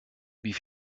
wie